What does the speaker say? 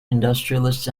industrialists